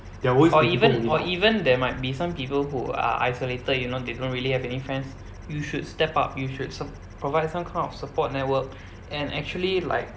or even or even there might be some people who are isolated you know they don't really have any friends you should step up you should sup~ provide some kind of support network and actually like